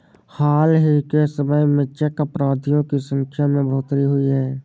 हाल ही के समय में चेक अपराधों की संख्या में बढ़ोतरी हुई है